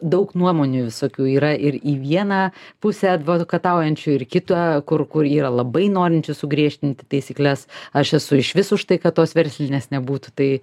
daug nuomonių visokių yra ir į vieną pusę advokataujančių ir kitą kur kur yra labai norinčių sugriežtinti taisykles aš esu išvis už tai kad tos verslinės nebūtų tai